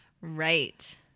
Right